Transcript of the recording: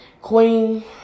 Queen